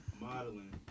modeling